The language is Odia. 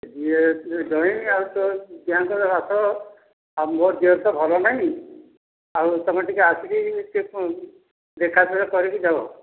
ଇଏ ଜ୍ଵାଇଁ ଆଉ ତୋ ଜ୍ଵାଇଁଙ୍କର ଆସ ଆଉ ମୋର ଦେହ ଫିଅ ଭଲ ନାହିଁ ଆଉ ତୁମେ ଟିକିଏ ଆସିକି ଟିକିଏ ଦେଖାଫେକା କରିକି ଯାଅ